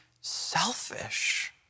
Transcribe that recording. selfish